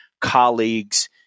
colleagues